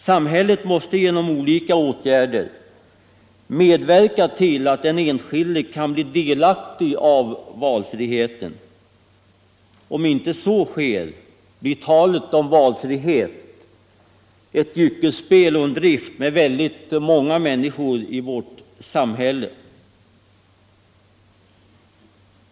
Samhället måste genom olika åtgärder medverka till att den enskilde kan bli delaktig av valfriheten. Om inte så sker blir talet om valfrihet ett gyckelspel och en drift med väldigt många människor i vårt samhälle.